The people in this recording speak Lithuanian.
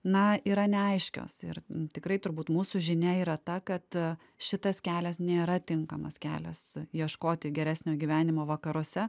na yra neaiškios ir tikrai turbūt mūsų žinia yra ta kad šitas kelias nėra tinkamas kelias ieškoti geresnio gyvenimo vakaruose